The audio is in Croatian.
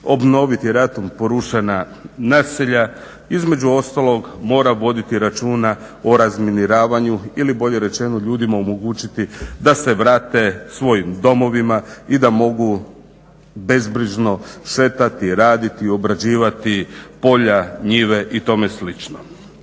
obnoviti ratom porušena naselja između ostalog mora voditi računa o razminiravanju ili bolje rečeno ljudima omogućiti da se vrate svojim domovima i da mogu bezbrižno šetati, raditi, obrađivati polja, njive i tome slično.